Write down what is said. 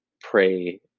pray